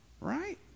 Right